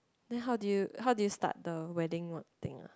then how do you how do you start the wedding work thing ah